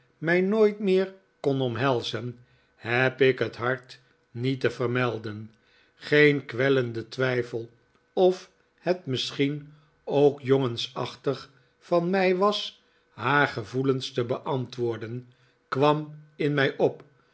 mij nooit meer kon omhelzen heb ik het hart niet te vermelden geen kwellende twijfel of het misschien ook jongensachtig van mij was haar gevoelens te beantwoorden kwam in mij op